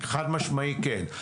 חד משמעית כן.